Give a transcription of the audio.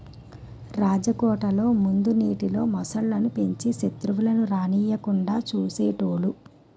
రాజకోటల ముందు నీటిలో మొసళ్ళు ను పెంచి సెత్రువులను రానివ్వకుండా చూసేటోలు